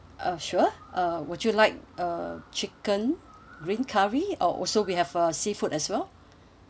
uh sure uh would you like uh chicken green curry or also we have uh seafood as well